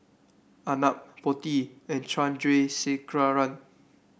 Arnab Potti and Chandrasekaran